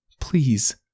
Please